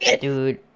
Dude